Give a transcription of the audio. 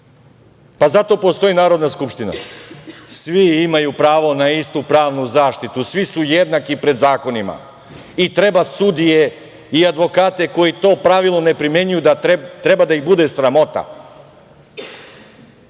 pa zato postoji Narodna skupština. Svi imaju pravo na istu pravnu zaštitu, svi su jednaki pred zakonima i treba sudije i advokate koji to pravilo ne primenjuju da bude sramota,